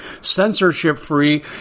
censorship-free